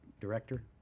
director